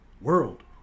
world